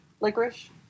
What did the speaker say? Licorice